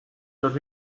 los